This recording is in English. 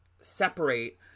separate